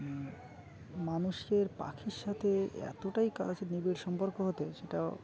মানুষের পাখির সাথে এতটাই কাজ নিবিড় সম্পর্ক হতে সেটাও